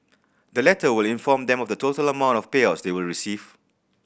the letter will inform them of the total amount of payouts they will receive